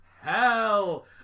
hell